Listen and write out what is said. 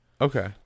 Okay